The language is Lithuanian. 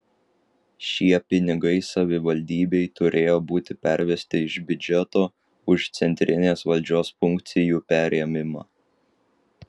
šie pinigai savivaldybei turėjo būti pervesti iš biudžeto už centrinės valdžios funkcijų perėmimą